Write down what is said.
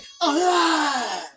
alive